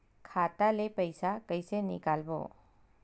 खाता ले पईसा कइसे निकालबो?